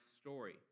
story